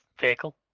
vehicle